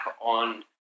on